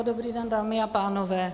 Dobrý den, dámy a pánové.